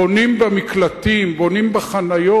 בונים במקלטים, בונים בחניות,